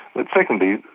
but secondly,